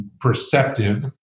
perceptive